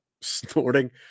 snorting